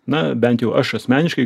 na bent jau aš asmeniškai